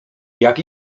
jak